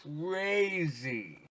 crazy